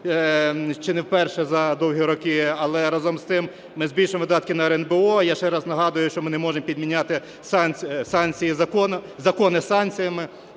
чи не вперше за довгі роки, але разом з тим ми збільшуємо видатки на РНБО. Я ще раз нагадую, що ми не можемо підміняти закони санкціями.